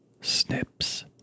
snips